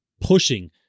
pushing